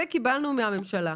את זה קיבלנו מהממשלה.